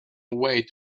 away